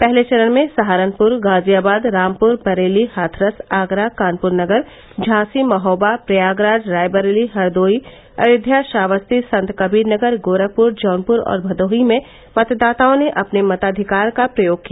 पहले चरण में सहारनपुर गाजियाबाद रामपुर बरेली हाथरस आगरा कानपुर नगर झांसी महोबा प्रयागराज रायबरेली हरदोई अयोध्या श्रावस्ती संतकबीरनगर गोरखपुर जौनपुर और भदोही में मतदाताओं ने अपने मताधिकार का प्रयोग किया